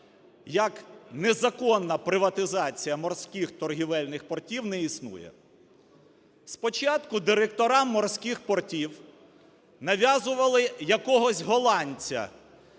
як незаконна приватизація морських торгівельних портів не існує. Спочатку директора морських портів нав'язували якогось голландця.